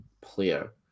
player